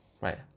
right